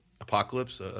apocalypse